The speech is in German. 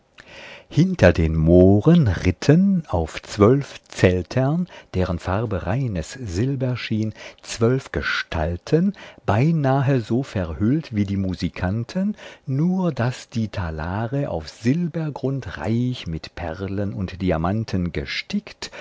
hinter den mohren ritten auf zwölf zeltern deren farbe reines silber schien zwölf gestalten beinahe so verhüllt wie die musikanten nur daß die talare auf silbergrund reich mit perlen und diamanten gestickt